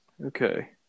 okay